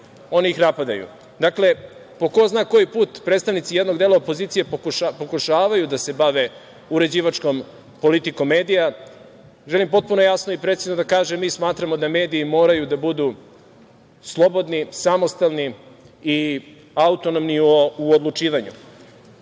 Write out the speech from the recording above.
oni ih napadaju. Dakle, po ko zna koji put predstavnici jednog dela opozicije pokušavaju da se bave uređivačkom politikom medija. Želim potpuno jasno i precizno da kažem – mi smatramo da mediji moraju da budu slobodni, samostalni i autonomni u odlučivanju. Tema